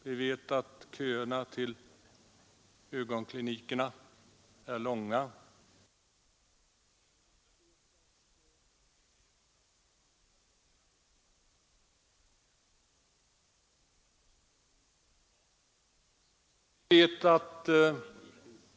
Vi vet att köerna till ögonklinikerna är långa. Vi vet att reumatikerna inte får den hjälp som de egentligen borde ha.